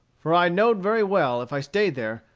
for i know'd very well, if i staid there,